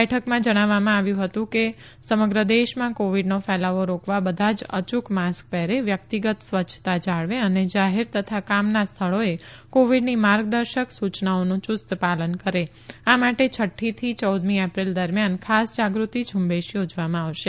બેઠકમાં જણાવવામાં આવ્યું હતું કે સમગ્ર દેશમાં કોવિડનો ફેલાવો રોકવા બધા જ અચુક માસ્ક પહેરે વ્યકિતગત સ્વચ્છતા જાળવે અને જાહેર તથા કામના સ્થળોએ કોવિડની માર્ગદર્શક સુચનાઓનું યુસ્ત પાલન કરે આ માટે છઠ્ઠીથી ચૌદમી એપ્રિલ દરમિયાન ખાસ જાગૃતિ ઝુંબેશ યોજવામાં આવશે